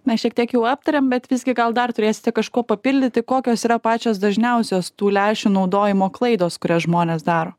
na šiek tiek jau aptarėm bet visgi gal dar turėsite kažkuo papildyti kokios yra pačios dažniausios tų lęšių naudojimo klaidos kurias žmonės daro